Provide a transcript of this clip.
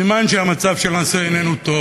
סימן שהמצב של הנושא איננו טוב.